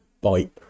bite